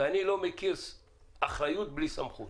ואני לא מכיר אחריות בלי סמכות.